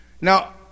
Now